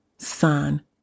Son